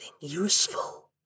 useful